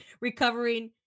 recovering